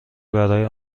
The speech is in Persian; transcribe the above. برای